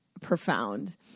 profound